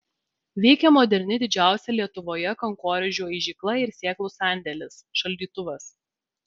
veikia moderni didžiausia lietuvoje kankorėžių aižykla ir sėklų sandėlis šaldytuvas